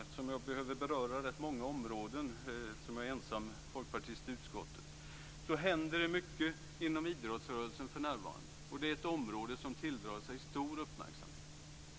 Slutligen - jag behöver beröra rätt många områden, eftersom jag är ensam folkpartist i utskottet - händer det mycket inom idrottsrörelsen för närvarande. Det är ett område som tilldrar sig stor uppmärksamhet.